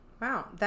Wow